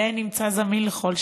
ונמצא זמין לכל שאלה.